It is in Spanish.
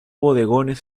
bodegones